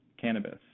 cannabis